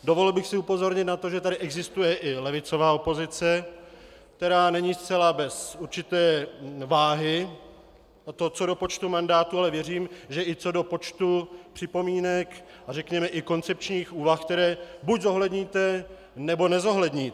Dovolil bych si upozornit na to, že tu existuje i levicová opozice, která není zcela bez určité váhy, a to co do počtu mandátů, ale věřím, že i co do počtu připomínek a řekněme i koncepčních úvah, které buď zohledníte, nebo nezohledníte.